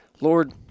Lord